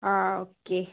ആ ഓക്കെ